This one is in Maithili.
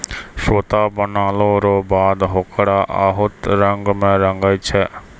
सूता बनलो रो बाद होकरा बहुत रंग मे रंगै छै